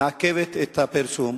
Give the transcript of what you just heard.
מעכבת את הפרסום,